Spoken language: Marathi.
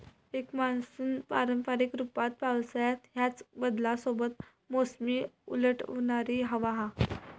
एक मान्सून पारंपारिक रूपात पावसाळ्यात ह्याच बदलांसोबत मोसमी उलटवणारी हवा हा